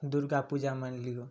दुरगा पूजा मानि लिऔ